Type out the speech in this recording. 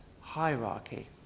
hierarchy